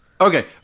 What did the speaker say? Okay